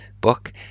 book